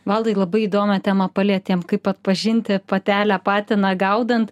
valdai labai įdomią temą palietėm kaip atpažinti patelę patiną gaudant